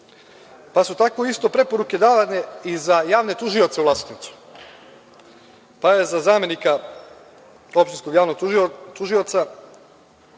Pa su tako isto preporuke davane i za javne tužioce u Vlasotincu. Pa je za zamenika opštinskog javnog tužioca